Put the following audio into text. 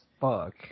fuck